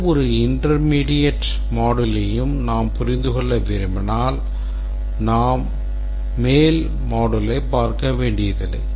எந்தவொரு intermediate moduleயையும் நாம் புரிந்து கொள்ள விரும்பினால் நாம் மேல் moduleயைப் பார்க்க வேண்டியதில்லை